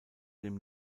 dem